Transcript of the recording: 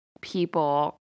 people